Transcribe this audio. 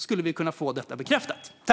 Skulle vi kunna få detta bekräftat?